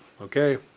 okay